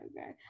okay